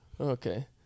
Okay